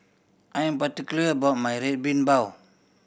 I am particular about my Red Bean Bao